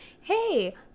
hey